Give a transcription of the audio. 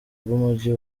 bw’umujyi